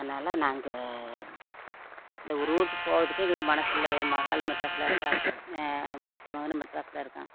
அதனால் நாங்கள் இந்த ஊரை விட்டு போகிறதுக்கே எங்களுக்கு மனசில்ல என் மகளும் மெட்ராஸில் இருக்கா மூத்த மகனும் மெட்ராஸில் இருக்கான்